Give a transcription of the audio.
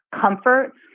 comfort